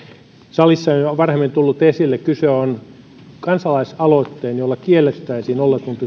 salissa on jo varhemmin tullut esille kyse on kansalaisaloitteen jolla kiellettäisiin